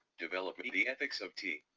development, the ethics of tea,